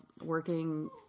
working